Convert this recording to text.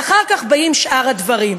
ואחר כך באים שאר הדברים.